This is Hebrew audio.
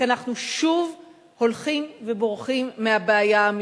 כי אנחנו שוב הולכים ובורחים מהבעיה האמיתית.